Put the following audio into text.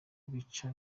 bica